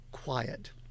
quiet